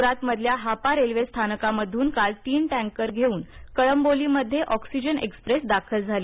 गुजरातमधल्या हापा रेल्वेस्थानकामधून काल तीन टँकर घेऊन कळंबोलीमध्ये ऑक्सिजन एक्स्प्रेस दाखल झाली